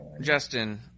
Justin